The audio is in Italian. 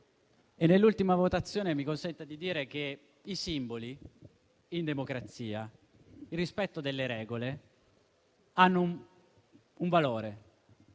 e nell'ultima votazione mi consenta di dire che i simboli in democrazia e il rispetto delle regole hanno un valore